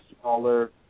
smaller